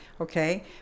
Okay